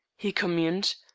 he communed,